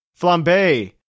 flambe